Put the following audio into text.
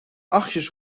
achtjes